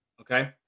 okay